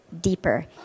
deeper